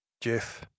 Jeff